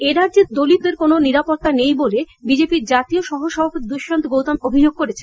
এরাজ্যে দলিতদের কোন নিরাপত্তা নেই বলে বিজেপি র জাতীয় সহ সভাপতি দুষ্মন্ত গৌতম অভিযোগ করেছেন